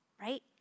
right